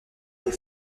des